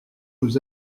nous